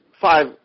five